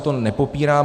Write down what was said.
To nepopíráme.